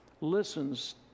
listens